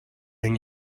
and